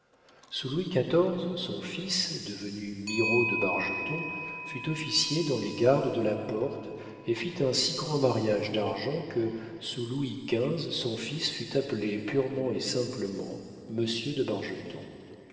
sous louis xiv son fils devenu mirault de bargeton fut officier dans les gardes de la porte et fit un si grand mariage d'argent que sous louis xv son fils fut appelé purement et simplement monsieur de